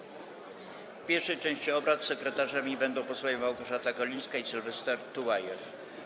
W pierwszej części obrad sekretarzami będą posłowie Małgorzata Golińska i Sylwester Tułajew.